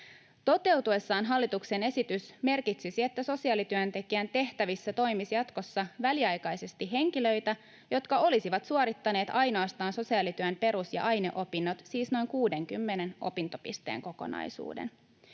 Toteutuessaan hallituksen esitys merkitsisi, että sosiaalityöntekijän tehtävissä toimisi jatkossa väliaikaisesti henkilöitä, jotka olisivat suorittaneet ainoastaan sosiaalityön perus- ja aineopinnot, siis noin 60 opintopisteen kokonaisuuden.